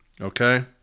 Okay